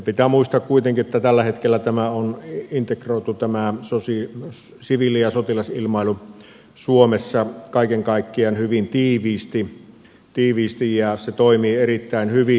pitää muistaa kuitenkin että tällä hetkellä tämä siviili ja sotilasilmailu on integroitu keskenään suomessa kaiken kaikkiaan hyvin tiiviisti ja se toimii erittäin hyvin